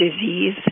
disease